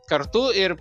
kartu ir